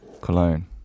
cologne